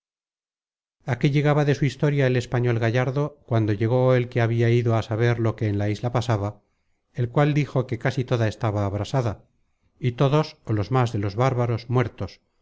at aquí llegaba de su historia el español gallardo cuando llegó el que habia ido á saber lo que en la isla pasaba el cual dijo que casi toda estaba abrasada y todos ó los más de los bárbaros muertos